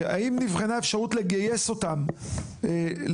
האם נבחנה האפשרות לרתום אותם לתהליך,